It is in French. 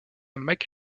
mike